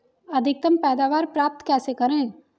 अधिकतम पैदावार प्राप्त कैसे करें?